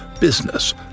business